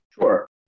Sure